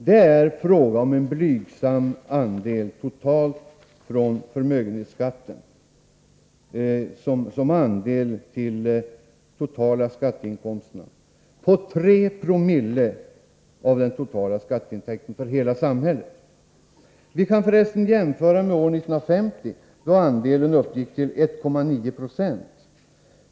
Det är fråga om en blygsam andel — totalt från förmögenhetsskatten — på 3960 av den totala skatteintäkten för hela samhället. Vi kan för resten jämföra med år 1950, då andelen uppgick till 1,9 90.